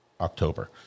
october